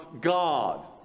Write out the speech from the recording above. God